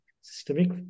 systemic